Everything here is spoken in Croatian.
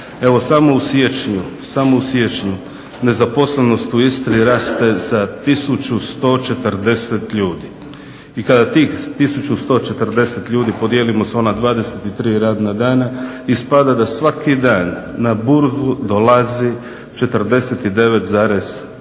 Evo samo u siječnju nezaposlenost u Istri raste za 1140 ljudi i kada tih 1140 ljudi podijelimo sa ona 23 radna dana ispada da svaki dan na burzu dolazi 49,5